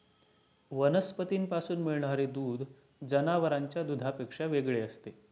वनस्पतींपासून मिळणारे दूध जनावरांच्या दुधापेक्षा वेगळे असते